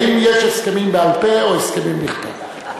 האם יש הסכמים בעל-פה או הסכמים בכתב?